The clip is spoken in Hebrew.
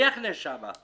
מי יחנה שם?